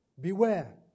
Beware